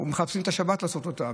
מחפשים את השבת לעשות אותו,